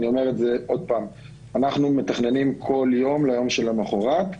אנחנו מתכננים כל יום ליום שלמוחרת.